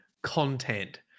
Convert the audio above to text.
content